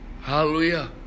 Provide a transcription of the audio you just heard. hallelujah